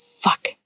fuck